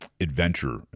adventure